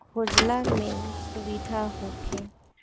खोजला में सुबिधा होखे